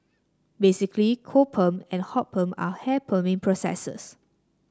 basically cold perm and hot perm are hair perming processes